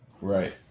Right